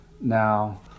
Now